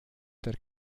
der